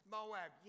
Moab